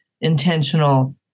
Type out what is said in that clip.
intentional